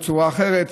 בצורה אחרת.